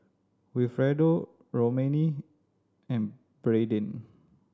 Wilfredo Romaine and Brayden